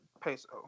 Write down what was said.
peso